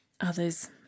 others